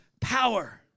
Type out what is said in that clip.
Power